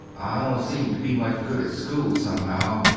i dont seem to be much good at school somehow,